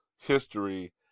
history